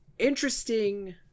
interesting